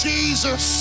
Jesus